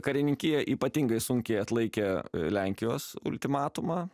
karininkija ypatingai sunkiai atlaikė lenkijos ultimatumą